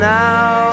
now